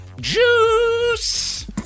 juice